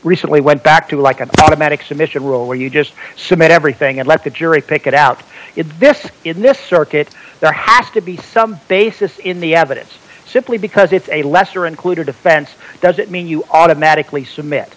recently went back to like an automatic submission rule where you just submit everything and let the jury pick it out in this in this circuit the has to be some basis in the evidence simply because it's a lesser included offense doesn't mean you automatically submit